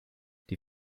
die